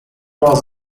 was